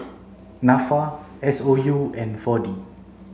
NAFA S O U and four D